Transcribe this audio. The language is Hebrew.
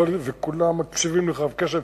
וכולם מקשיבים לך רוב קשב,